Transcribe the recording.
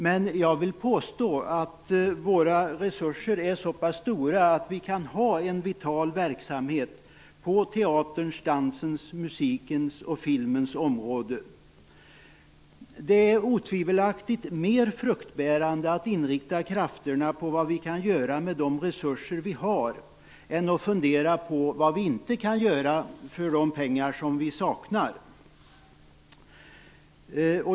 Men jag vill påstå att våra resurser är så pass stora att vi kan ha en vital verksamhet på teaterns, dansens, musikens och filmens områden. Det är otvivelaktigt mer fruktbärande att inrikta krafterna på vad vi kan göra med de resurser vi har än att fundera på vad vi inte kan göra för de pengar som vi saknar.